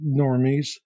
normies